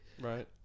right